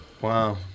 Wow